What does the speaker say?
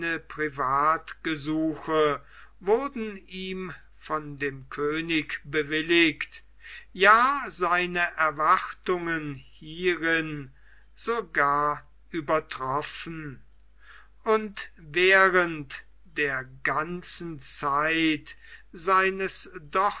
seine privatgesuche wurden ihm von dem könig bewilligt ja seine erwartungen hierin sogar übertroffen und während der ganzen zeit seines